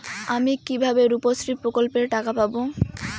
আমি কিভাবে রুপশ্রী প্রকল্পের টাকা পাবো?